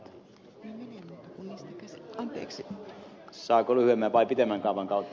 saanko puhua lyhyemmän vai pitemmän kaavan kautta